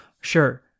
Sure